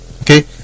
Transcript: okay